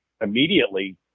immediately